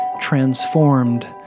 transformed